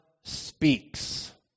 Speaks